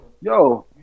Yo